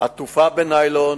עטופה בניילון